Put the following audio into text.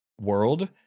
world